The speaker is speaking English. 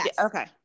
Okay